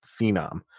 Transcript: phenom